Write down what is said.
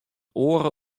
oare